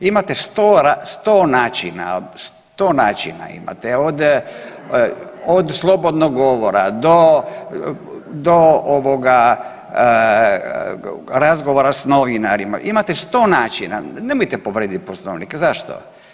Imate 100, 100 načina, 100 načina imate od slobodnog govora do, do ovoga razgovora s novinarima, imate 100 način, nemojte povrijediti Poslovnik, zašto.